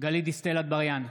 גלית דיסטל אטבריאן,